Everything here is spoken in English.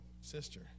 sister